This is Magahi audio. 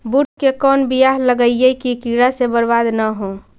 बुंट के कौन बियाह लगइयै कि कीड़ा से बरबाद न हो?